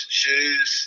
shoes